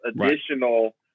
additional